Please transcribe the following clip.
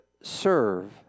serve